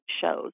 shows